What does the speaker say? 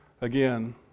Again